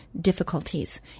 difficulties